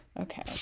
Okay